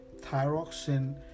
thyroxin